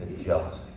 jealousy